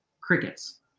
Crickets